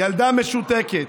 ילדה משותקת.